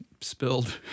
spilled